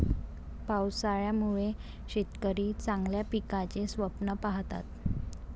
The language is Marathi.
पावसाळ्यामुळे शेतकरी चांगल्या पिकाचे स्वप्न पाहतात